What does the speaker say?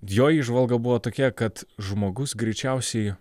jo įžvalga buvo tokia kad žmogus greičiausiai